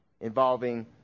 involving